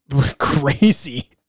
crazy